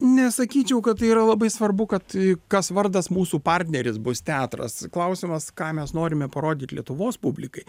nesakyčiau kad tai yra labai svarbu kad tai kas vardas mūsų partneris bus teatras klausimas ką mes norime parodyt lietuvos publikai